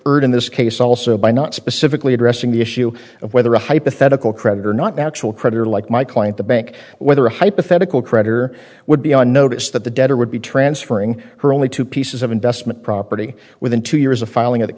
ert in this case also by not specifically addressing the issue of whether a hypothetical creditor not actual creditor like my client the bank whether a hypothetical creditor would be on notice that the debtor would be transferring her only two pieces of investment property within two years of filing of th